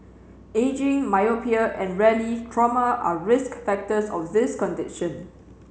ageing myopia and rarely trauma are risk factors of this condition